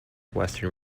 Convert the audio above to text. western